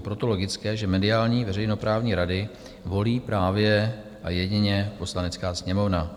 Je proto logické, že mediální veřejnoprávní rady volí právě a jedině Poslanecká sněmovna.